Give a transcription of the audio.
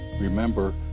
Remember